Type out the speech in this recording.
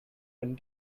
and